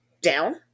down